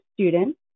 students